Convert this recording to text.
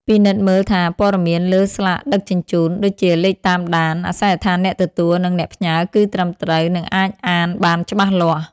ពិនិត្យមើលថាព័ត៌មានលើស្លាកដឹកជញ្ជូន ដូចជាលេខតាមដាន អាសយដ្ឋានអ្នកទទួល និងអ្នកផ្ញើ គឺត្រឹមត្រូវ និងអាចអានបានច្បាស់លាស់។